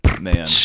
Man